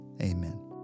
Amen